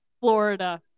Florida